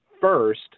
first